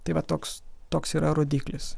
tai va toks toks yra rodiklis